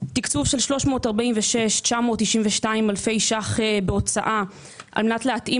תקצוב של 346,992 אלפי ש"ח בהוצאה על מנת להתאים